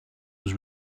was